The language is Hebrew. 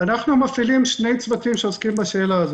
אנחנו מפעילים שני צוותים שעוסקים בשאלה הזאת.